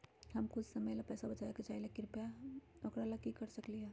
हम कुछ समय ला पैसा बचाबे के चाहईले ओकरा ला की कर सकली ह?